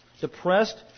depressed